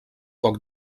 poc